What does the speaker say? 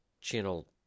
Channel